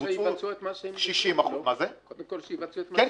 הם בוצעו 60%. קודם כל שיבצעו את מה שהם --- כן,